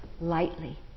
lightly